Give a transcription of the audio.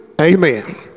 amen